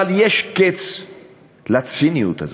אבל יש קץ לציניות הזאת.